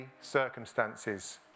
circumstances